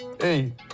Hey